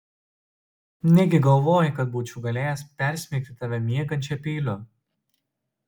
negi galvoji kad būčiau galėjęs persmeigti tave miegančią peiliu